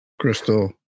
Crystal